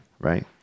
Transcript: right